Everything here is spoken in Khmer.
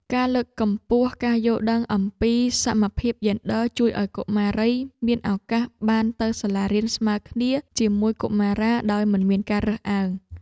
ការលើកកម្ពស់ការយល់ដឹងអំពីសមភាពយេនឌ័រ ជួយឱ្យកុមារីមានឱកាសបានទៅសាលារៀនស្មើគ្នាជាមួយកុមារាដោយមិនមានការរើសអើង។